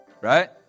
Right